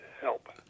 help